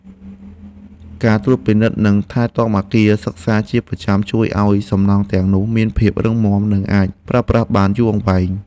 ការត្រួតពិនិត្យនិងថែទាំអគារសិក្សាជាប្រចាំជួយឱ្យសំណង់ទាំងនោះមានភាពរឹងមាំ និងអាចប្រើប្រាស់បានយូរអង្វែង។